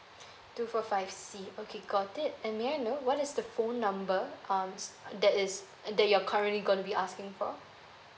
two four five C okay got it and may I know what is the phone number um s~ that is that you're currently gonna be asking for